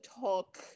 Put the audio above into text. talk